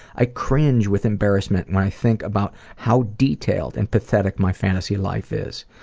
i cringe with embarrassment when i think about how detailed and pathetic my fantasy life is.